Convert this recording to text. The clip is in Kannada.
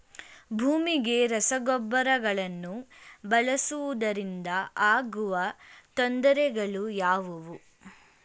ಭೂಮಿಗೆ ರಸಗೊಬ್ಬರಗಳನ್ನು ಬಳಸುವುದರಿಂದ ಆಗುವ ತೊಂದರೆಗಳು ಯಾವುವು?